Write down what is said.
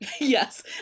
Yes